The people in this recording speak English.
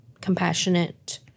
compassionate